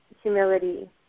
humility